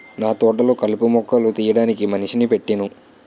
నాతోటలొ కలుపు మొక్కలు తీయడానికి మనిషిని పెట్టేను